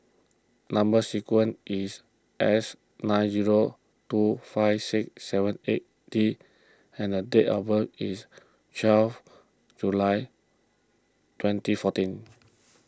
Number Sequence is S nine zero two five six seven eight D and date of birth is twelve July twenty fourteen